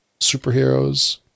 superheroes